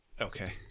Okay